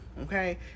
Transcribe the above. Okay